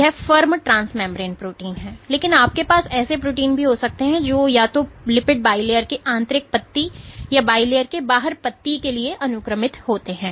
यह एक firm transmembrane protein है लेकिन आपके पास ऐसे प्रोटीन हो सकते हैं जो या तो लिपिड bilayer के आंतरिक पत्ती या bilayer के बाहरी पत्ती के लिए अनुक्रमित होते हैं